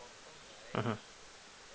mmhmm